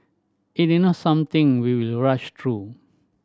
it is not something we will rush through